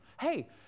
Hey